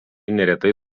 neretai